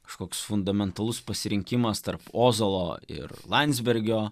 kažkoks fundamentalus pasirinkimas tarp ozolo ir landsbergio